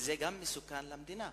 וגם מסוכן למדינה.